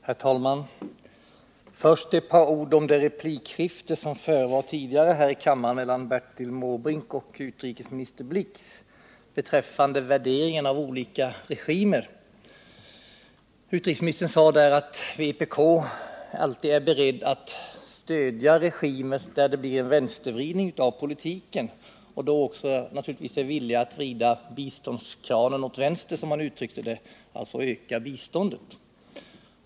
Herr talman! Först ett par ord om det replikskifte som ägde rum tidigare här i kammaren mellan Bertil Måbrink och utrikesminister Blix beträffande värderingen av olika regimer. Utrikesministern sade därvid att vpk alltid är berett att stödja regimer, där det sker en vänstervridning av politiken, och då naturligtvis också är villigt att vrida biståndskranen åt vänster, som han uttryckte det, alltså öka biståndet.